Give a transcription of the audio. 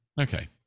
Okay